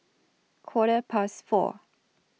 Quarter Past four